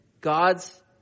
God's